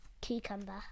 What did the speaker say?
cucumber